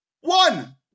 One